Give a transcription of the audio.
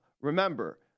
remember